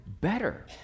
better